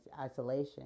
isolation